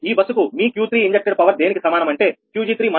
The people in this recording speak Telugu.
ఈ బస్సు కు మీ Q3 ఇంజెక్ట్ డ్ పవర్ దేనికి సమానం అంటే 𝑄𝑔3 − 0